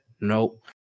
Nope